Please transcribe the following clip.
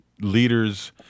leaders